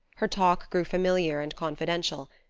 her talk grew familiar and confidential.